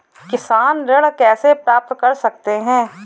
किसान ऋण कैसे प्राप्त कर सकते हैं?